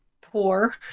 poor